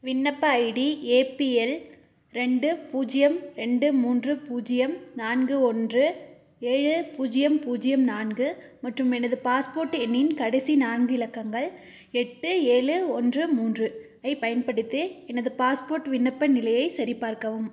விண்ணப்ப ID APL ரெண்டு பூஜ்ஜியம் ரெண்டு மூன்று பூஜ்ஜியம் நான்கு ஒன்று ஏழு பூஜ்ஜியம் பூஜ்ஜியம் நான்கு மற்றும் எனது பாஸ்போர்ட் எண்ணின் கடைசி நான்கு இலக்கங்கள் எட்டு ஏழு ஒன்று மூன்று ஐ பயன்படுத்தி எனது பாஸ்போர்ட் விண்ணப்ப நிலையை சரிபார்க்கவும்